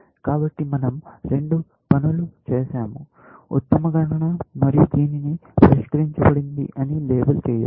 కాబట్టి మన০ రెండు పనులు చేసాము ఉత్తమ గణన మరియు దీనిని పరిష్కరించబడింది అని లేబిల్ చేయడం